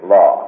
Law